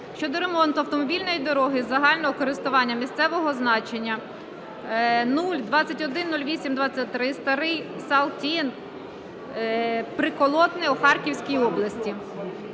щодо ремонту автомобільної дороги загального користування місцевого значення О-210823 Старий Салтів-Приколотне у Харківській області.